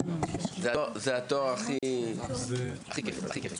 זה התואר הכי כיף.